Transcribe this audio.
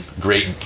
great